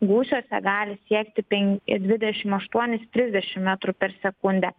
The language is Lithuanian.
gūsiuose gali siekti penk dvidešimt aštuonis trisdešimt metrų per sekundę